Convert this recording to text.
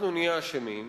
אנחנו נהיה אשמים,